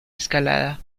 escalada